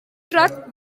truck